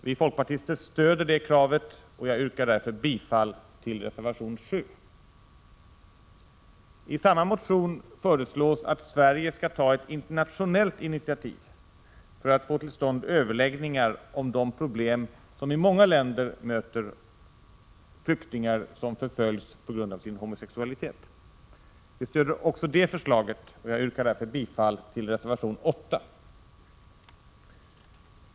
Vi folkpartister stöder det kravet, och jag yrkar därför bifall till reservation 7. I samma motion föreslås att Sverige skall ta ett internationellt initiativ för att få till stånd överläggningar om de problem som i många länder möter flyktingar som förföljs på grund av sin homosexualitet. Vi stöder också det förslaget, och jag yrkar därför bifall till reservation 8.